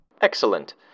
Excellent